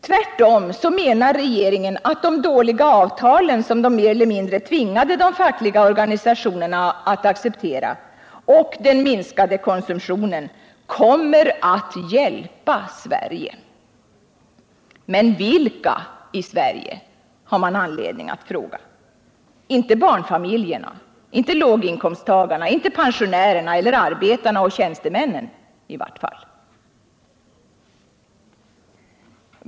Tvärtom menar regeringen att de dåliga avtal som man mer eller mindre tvingade de fackliga organisationerna att acceptera och den minskade konsumtionen kommer att hjälpa Sverige! Men vilka i Sverige, har man anledning att fråga! Inte barnfamiljerna, låginkomsttagarna, pensionärerna eller arbetarna och tjänstemännen i vart fall!